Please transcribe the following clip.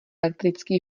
elektrický